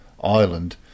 island